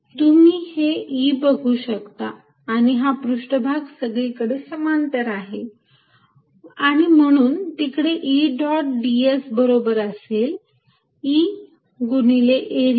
तुम्ही हे E बघु शकता आणि हा पृष्ठभाग सगळीकडे समांतर आहे आणि म्हणून तिकडे E डॉट ds बरोबर असेल E गुणिले एरिया